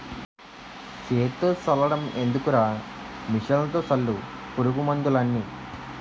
సేత్తో సల్లడం ఎందుకురా మిసన్లతో సల్లు పురుగు మందులన్నీ